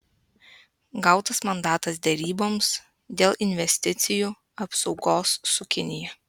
gautas mandatas deryboms dėl investicijų apsaugos su kinija